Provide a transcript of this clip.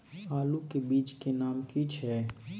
आलू के बीज के नाम की छै?